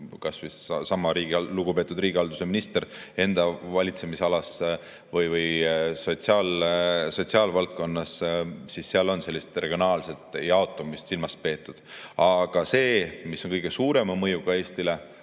kas või seesama lugupeetud riigihalduse minister enda valitsemisalas või sotsiaalvaldkonnas, siis seal on sellist regionaalset jaotumist silmas peetud. Aga see, mis on kõige suurema mõjuga Eestile,